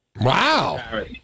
Wow